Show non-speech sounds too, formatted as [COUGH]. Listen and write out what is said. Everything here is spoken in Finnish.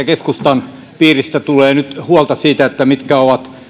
[UNINTELLIGIBLE] keskustan piiristä tulee nyt huolta siitä mitkä ovat